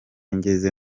ngeze